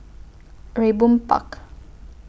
Raeburn Park